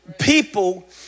people